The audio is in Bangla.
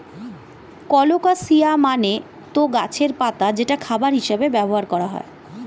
কলোকাসিয়া মানে তো গাছের পাতা যেটা খাবার হিসেবে ব্যবহার করা হয়